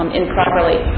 improperly